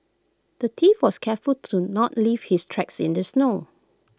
the thief was careful to not leave his tracks in the snow